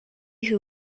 who